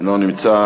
לא נמצא.